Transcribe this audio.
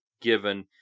given